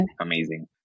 amazing